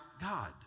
God